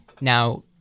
Now